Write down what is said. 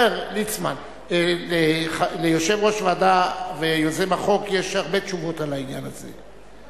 אומר ליצמן: ליושב-ראש ועדה ויוזם החוק יש הרבה תשובות בעניין הזה.